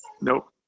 nope